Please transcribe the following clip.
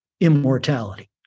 immortality